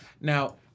Now